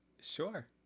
Sure